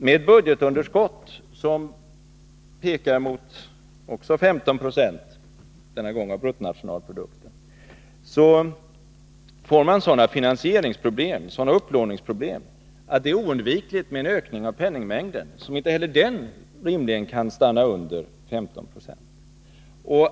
Med ett budgetunderskott som pekar mot 15 96 av bruttonationalprodukten får man sådana upplåningsproblem att det är oundvikligt med en ökning av penningmängden, som inte heller den rimligen kan stanna under 15 96.